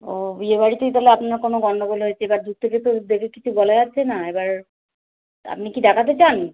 ও বিয়ে বাড়িতেই তাহলে আপনার কোনো গন্ডগোল হয়েছে বা দূর থেকে তো দেখে কিছু বলা যাচ্ছে না এবার আপনি কি দেখাতে চান